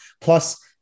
Plus